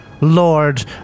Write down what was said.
Lord